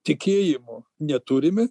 tikėjimo neturime